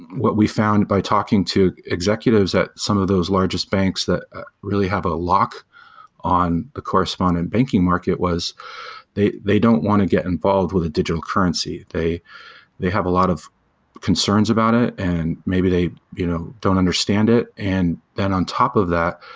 what we found by talking to executives at some of those largest banks that really have a lock on the correspondent banking market was they they don't want to get involved with the digital currency. they they have a lot of concerns about it and maybe they you know don't understand it, and then on top of that,